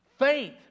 Faith